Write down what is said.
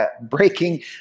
Breaking